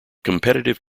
competitive